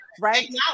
right